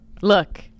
Look